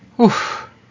Oof